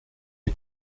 est